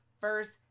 First